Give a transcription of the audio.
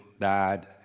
died